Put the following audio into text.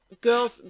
girls